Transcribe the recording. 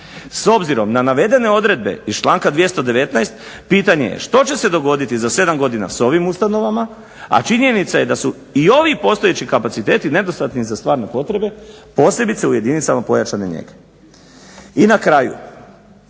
S obzirom na navedene odredbe iz članka 219. pitanje je što će se dogoditi za 7 godina s ovim ustanovama, a činjenica je da su i ovi postojeći kapaciteti nedostatni za stvarne potrebe, posebice u jedinicama pojačane njege. I na kraju